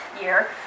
year